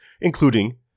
including